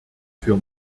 für